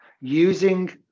using